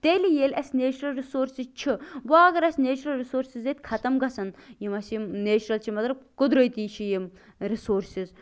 تیٚلہِ ییٚلہِ اسہِ نیچُرل رِسورسٕز چھَ وۅنۍ اَگر اَسہِ نیچُرل رِسورسٕز ییٚتہِ ختٕم گژھن یِم اَسہِ یِم نیچُرَل چھِ مَگر قُدرٔتی چھِ یِم رِسورسٕز